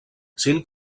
cinc